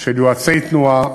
של יועצי תנועה,